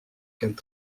qu’elle